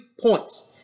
points